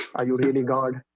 are you really god?